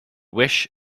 wish